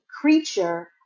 creature